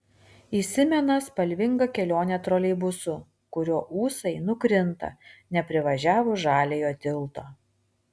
įsimena spalvinga kelionė troleibusu kurio ūsai nukrinta neprivažiavus žaliojo tilto